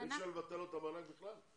אבל אי-אפשר לבטל לו את המענק בכלל.